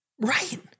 right